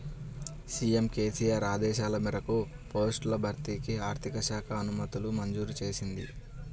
CM KCR ఆదేశాల మేరకు పోస్టుల భర్తీకి ఆర్థిక శాఖ అనుమతులు మంజూరు చేసింది